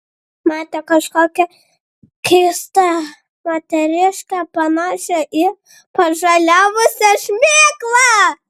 matė kažkokią keistą moteriškę panašią į pažaliavusią šmėklą